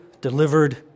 delivered